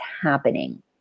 happening